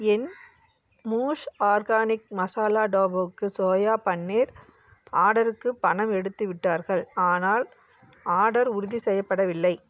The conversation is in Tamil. என் மோஸ் ஆர்கானிக் மசாலா டோபுவுக்கு சோயா பன்னீர் ஆர்டருக்கு பணம் எடுத்துவிட்டார்கள் ஆனால் ஆர்டர் உறுதி செய்யப்படவில்லை